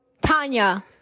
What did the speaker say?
Tanya